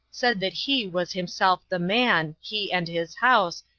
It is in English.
said that he was himself the man, he and his house,